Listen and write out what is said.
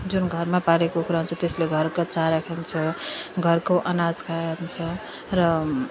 जुन घरमा पालेको कुखुरा हुन्छ त्यसले घरका चारो खान्छ घरको अनाज खान्छ र